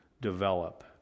develop